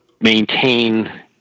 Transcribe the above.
maintain